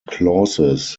clauses